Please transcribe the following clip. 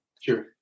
sure